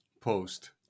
post